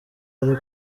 ari